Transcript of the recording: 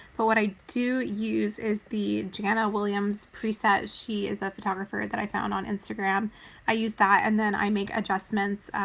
but what i do use is the jana williams preset. she is a photographer that i found on instagram i use that and then i make adjustments,